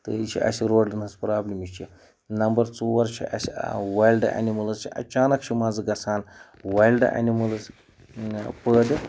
تہٕ یہِ چھُ اَسہِ روڈَن ہٕنٛز پرٛابلِم یہِ چھِ ںمبر ژور چھِ اَسہِ وایلڈٕ اَنِمٕلٕز چھِ اچانک چھُ منٛزٕ گژھان وایلڈٕ اَنِمٕلٕز پٲدٕ